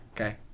Okay